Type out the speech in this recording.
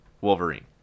Wolverine